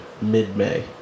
mid-May